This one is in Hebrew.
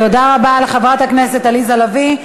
תודה רבה לחברת הכנסת עליזה לביא.